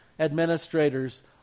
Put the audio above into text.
administrators